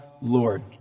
Lord